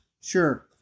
Sure